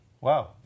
Wow